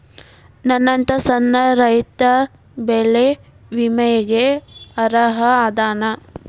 ನನ್ನಂತ ಸಣ್ಣ ರೈತಾ ಬೆಳಿ ವಿಮೆಗೆ ಅರ್ಹ ಅದನಾ?